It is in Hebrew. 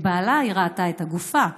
את בעלה, היא ראתה את הגופה,